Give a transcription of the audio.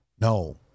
no